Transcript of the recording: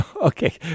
Okay